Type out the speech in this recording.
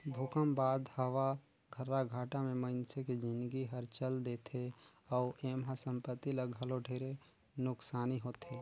भूकंप बाद हवा गर्राघाटा मे मइनसे के जिनगी हर चल देथे अउ एम्हा संपति ल घलो ढेरे नुकसानी होथे